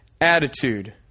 attitude